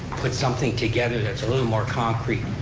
put something together that's little more concrete,